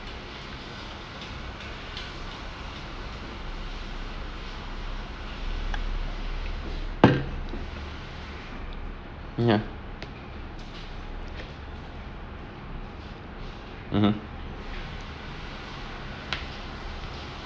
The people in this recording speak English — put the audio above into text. mm ya mmhmm